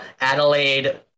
Adelaide